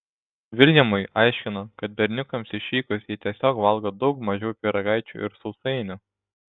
viljamui aiškino kad berniukams išvykus ji tiesiog valgo daug mažiau pyragaičių ir sausainių